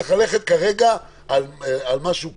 צריך ללכת כרגע על משהו כזה,